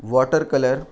water color